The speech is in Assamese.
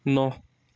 ন